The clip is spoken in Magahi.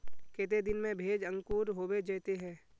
केते दिन में भेज अंकूर होबे जयते है?